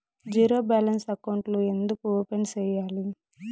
zero balance అకౌంట్లు ఎందుకు open సేయాలి